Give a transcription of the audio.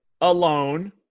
alone